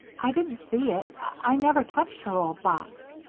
i didn't see it i never touched her old box.